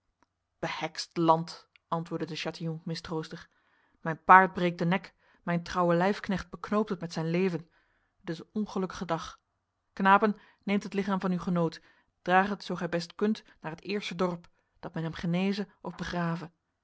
behekst land antwoordde de chatillon mistroostig mijn paard breekt de nek mijn trouwe lijfknecht bekoopt het met zijn leven het is een ongelukkige dag knapen neemt het lichaam van uw genoot draagt het zo gij best kunt naar het eerste dorp dat men hem geneze of begrave